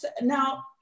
now